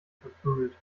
verprügelt